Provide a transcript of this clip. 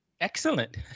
Excellent